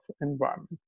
environment